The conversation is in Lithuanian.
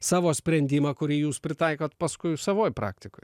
savo sprendimą kurį jūs pritaikot paskui savoj praktikoj